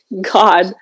God